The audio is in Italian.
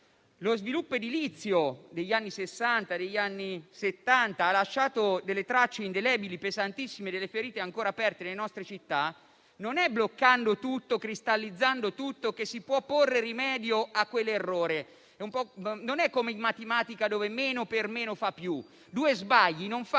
lo sviluppo edilizio degli anni Sessanta e Settanta ha lasciato tracce indelebili pesantissime e ferite ancora aperte nelle nostre città, non è bloccando e cristallizzando tutto che si può porre rimedio a quell'errore; non è come in matematica, in cui meno per meno fa più, perché due